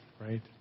Right